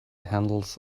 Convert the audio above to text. handles